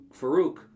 Farouk